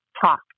talk